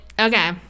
Okay